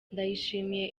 ndayishimiye